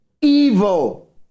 evil